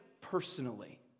personally